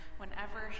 whenever